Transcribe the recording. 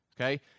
okay